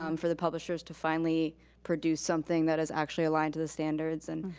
um for the publishers to finally produce something that is actually aligned to the standards. and